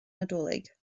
nadolig